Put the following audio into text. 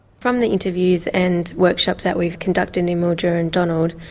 from the interviews and workshops that we've conducted in mildura and donald,